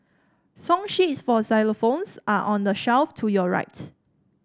song sheets for xylophones are on the shelf to your right